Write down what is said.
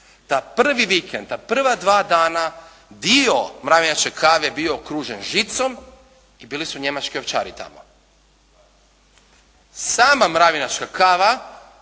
Da prvi vikend, prva dva dana dio Mravinačke kave je bio okružen žicom i bili su njemački ovčari tamo. Sama Mravinačka kava